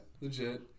legit